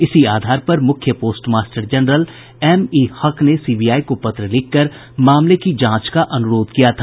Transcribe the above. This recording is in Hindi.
इसी आधार पर मुख्य पोस्ट मास्टर जनरल एमईहक ने सीबीआई को पत्र लिखकर मामले की जांच का अनुरोध किया था